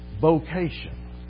vocation